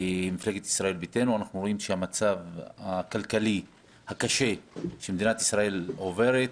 אנחנו רואים את המצב הכלכלי הקשה שמדינת ישראל עוברת,